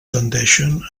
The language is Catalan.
tendeixen